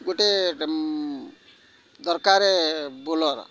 ଗୋଟେ ଦରକାର ବୋଲେରୋ